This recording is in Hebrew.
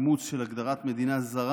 אני הקראתי לך את הסעיף הזה,